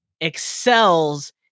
excels